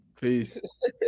Peace